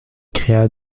cria